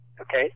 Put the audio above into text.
okay